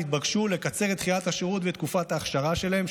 התבקשו לקצר את דחיית השירות ואת תקופת ההכשרה שלהם,